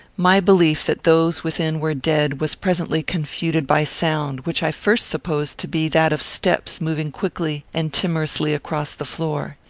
my belief that those within were dead was presently confuted by sound, which i first supposed to be that of steps moving quickly and timorously across the floor.